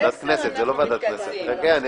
הישיבה ננעלה בשעה 09:44.